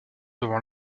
devant